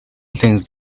things